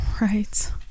Right